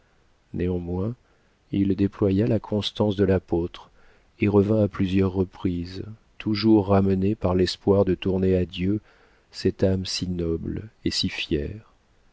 néanmoins il déploya la constance de l'apôtre et revint à plusieurs reprises toujours ramené par l'espoir de tourner à dieu cette âme si noble et si fière